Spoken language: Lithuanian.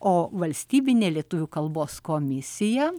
o valstybinė lietuvių kalbos komisija